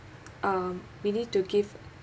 um we need to give